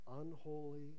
unholy